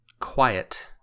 quiet